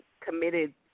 committed